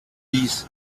english